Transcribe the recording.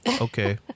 Okay